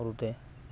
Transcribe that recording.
সৰুতে